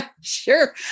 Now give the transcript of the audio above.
Sure